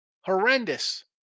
Horrendous